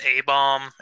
A-Bomb